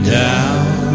down